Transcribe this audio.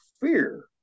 fear